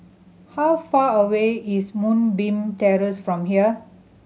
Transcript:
how far away is Moonbeam Terrace from here